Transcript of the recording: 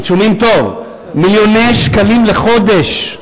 שומעים טוב, של מיליוני שקלים לחודש,